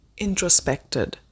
introspected